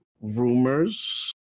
rumors